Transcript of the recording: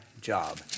job